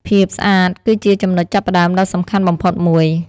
ភាពស្អាតគឺជាចំណុចចាប់ផ្តើមដ៏សំខាន់បំផុតមួយ។